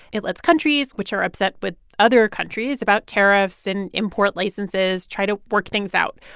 it lets countries, which are upset with other countries about tariffs and import licenses, try to work things out.